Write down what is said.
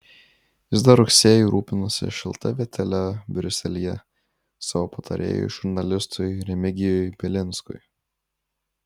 jis dar rugsėjį rūpinosi šilta vietele briuselyje savo patarėjui žurnalistui remigijui bielinskui